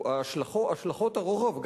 השלכות הרוחב שלו,